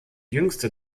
jüngste